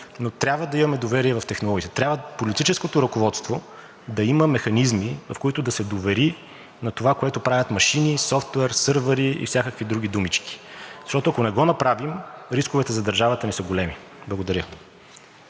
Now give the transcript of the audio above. но трябва да имаме доверие в технологиите, трябва политическото ръководство да има механизми, с които да се довери на това, което правят машини, софтуер, сървъри и всякакви други думички, защото ако не го направим, рисковете за държавата ни са големи. Благодаря.